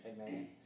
Amen